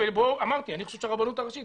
אני חושב שהרבנות הראשית,